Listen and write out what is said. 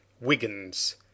wiggins